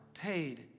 paid